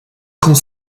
grand